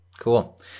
cool